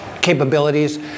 capabilities